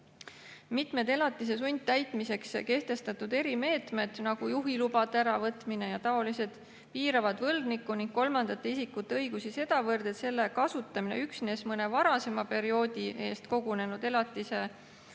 Mitu elatise sundtäitmiseks kehtestatud erimeedet, nagu juhilubade äravõtmine ja taolised [meetmed], piiravad võlgniku ning kolmandate isikute õigusi sedavõrd, et selle kasutamine üksnes mõne varasema perioodi eest kogunenud elatismaksete